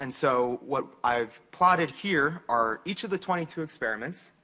and so, what i've plotted here are each of the twenty two experiments.